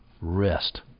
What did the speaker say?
Rest